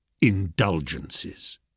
Indulgences